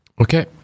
Okay